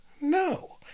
No